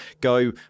go